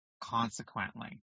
consequently